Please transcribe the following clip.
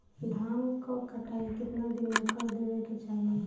धान क कटाई केतना दिन में कर देवें कि चाही?